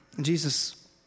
Jesus